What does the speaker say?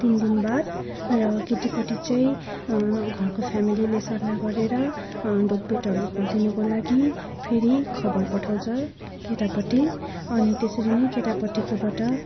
तिन दिन बाद र केटीपट्टि चाहिँ घरको फ्यामिलीले सल्लाह गरेर ढोगभेटहरू खेलिदिनुको लागि फेरि खबर पठाउँछ केटापट्टि अनि त्यसरी नै केटापट्टिकोबाट